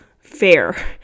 Fair